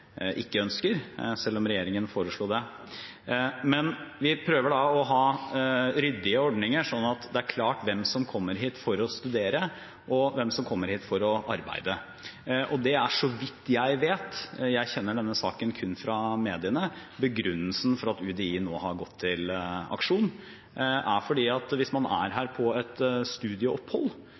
ikke ønsker, selv om regjeringen foreslo det. Vi prøver å ha ryddige ordninger sånn at det er klart hvem som kommer hit for å studere, og hvem som kommer hit for å arbeide. Det er så vidt jeg vet – jeg kjenner denne saken kun fra mediene – begrunnelsen for at UDI nå har gått til aksjon. For hvis man er her på et studieopphold,